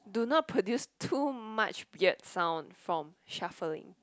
do not produce too much weird sound from shuffling